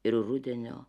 ir rudenio